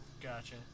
Gotcha